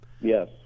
Yes